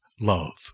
love